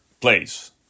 place